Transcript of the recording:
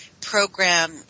program